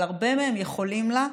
אבל הרבה מהם יכולים לה.